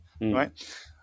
right